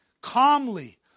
calmly